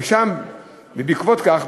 ובעקבות כך,